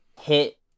Hit